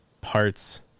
parts